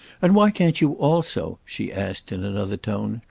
and why can't you also, she asked in another tone,